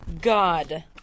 God